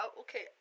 okay